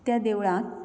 त्या देवळांत